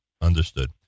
Understood